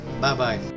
Bye-bye